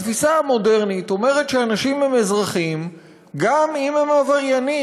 התפיסה המודרנית אומרת שאנשים הם אזרחים גם אם הם עבריינים.